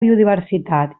biodiversitat